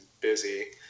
busy